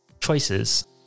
Choices